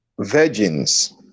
virgins